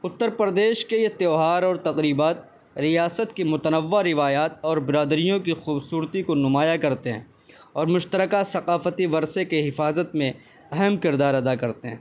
اتر پردیش کے یہ تہوار اور تقریبات ریاست کی متنوع روایات اور برادریوں کی خوبصورتی کو نمایاں کرتے ہیں اور مشترکہ ثقافتی ورثے کے حفاظت میں اہم کردار ادا کرتے ہیں